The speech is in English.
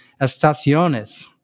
Estaciones